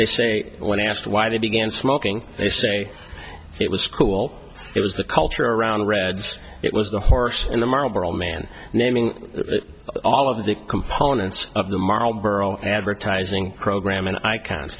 they say when asked why they began smoking they say it was school it was the culture around the reds it was the horse and the marlboro man naming all of the components of the marlboro advertising programme and i coun